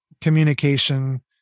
communication